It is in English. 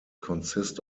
consist